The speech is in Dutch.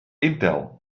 intel